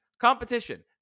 competition